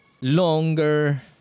longer